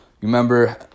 remember